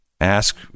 Ask